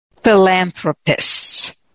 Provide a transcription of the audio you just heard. philanthropists